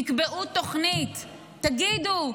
תקבעו תוכנית, תגידו: